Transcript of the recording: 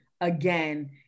again